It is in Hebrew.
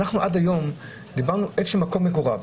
עד היום דיברנו על מקום המגורים.